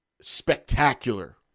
spectacular